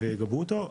ויגבו אותה,